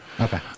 Okay